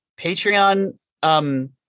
Patreon